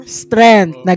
strength